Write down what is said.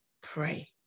Pray